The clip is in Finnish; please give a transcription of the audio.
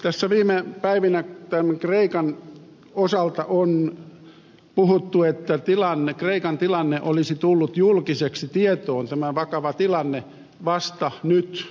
tässä viime päivinä kreikan osalta on puhuttu että kreikan vakava tilanne olisi tullut julkisesti tietoon vasta näinä aikoina